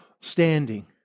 standing